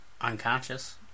unconscious